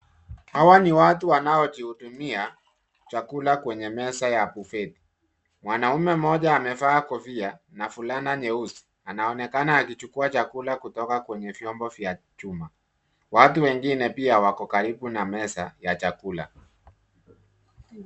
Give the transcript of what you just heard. Hawa ni watu wanaojihudumia chakula kwenye meza ya bufeti. Mwanamume mmoja amevaa kofia na fulana nyeusi. Anaonekana akichukua chakula kutoka kwenye vyombo vya chuma. Watu wengine pia wako karibu na meza ya chakula.